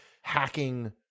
hacking